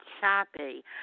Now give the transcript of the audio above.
choppy